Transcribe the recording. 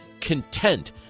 content